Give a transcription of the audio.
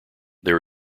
there